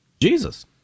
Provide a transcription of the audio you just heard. Jesus